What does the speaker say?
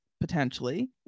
potentially